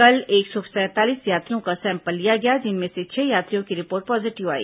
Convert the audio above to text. कल एक सौ सैंतालीस यात्रियों का सैंपल लिया गया जिनमें से छह यात्रियों की रिपोर्ट पॉजीटिव आई